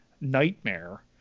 nightmare